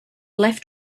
left